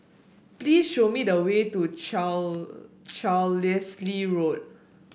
please show me the way to Carlisle Road